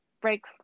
break